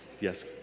Yes